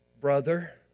brother